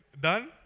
Done